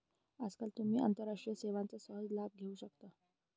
आजकाल तुम्ही आंतरराष्ट्रीय सेवांचा सहज लाभ घेऊ शकता